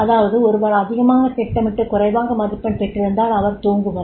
அதாவது ஒருவர் அதிகமாகத் திட்டமிட்டு குறைவாக மதிப்பெண் பெற்றிருந்தால் அவர் ஒரு தூங்குபவர்